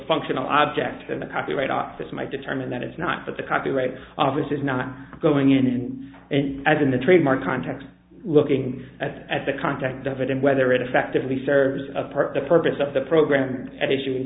functional object and the copyright office might determine that it's not that the copyright office is not going in and as in the trademark context looking at at the context of it and whether it effectively servers apart the purpose of the program at issue in